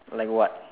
like what